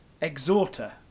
exhorter